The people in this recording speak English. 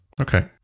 Okay